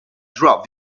drop